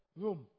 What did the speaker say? room